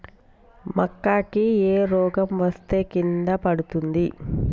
మక్కా కి ఏ రోగం వస్తే కింద పడుతుంది?